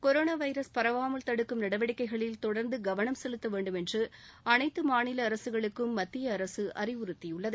corona virus பரவாமல் தடுக்கும் நடவடிக்கைகளில் தொடர்ந்து கவனம் செலுத்த வேண்டும் என்று அனைத்து மாநில அரசுகளுக்கும் மத்திய அரசு அறிவுறுத்தியுள்ளது